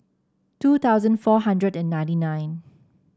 two thousand four hundred and ninety nine